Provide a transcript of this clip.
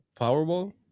powerball